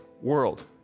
world